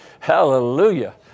Hallelujah